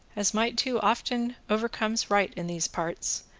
as might too often overcomes right in these parts,